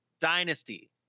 dynasty